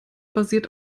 basiert